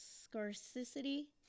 scarcity